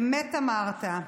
אמת אמרת.